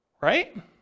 right